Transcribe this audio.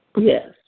Yes